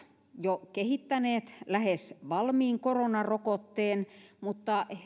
jo kehittäneet lähes valmiin koronarokotteen mutta